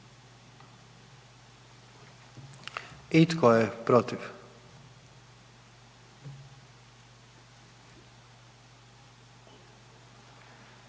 I tko je protiv?